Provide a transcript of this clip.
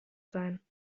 sein